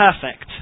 perfect